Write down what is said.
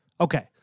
Okay